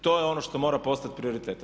To je ono što mora postati prioritet.